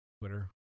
Twitter